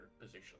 position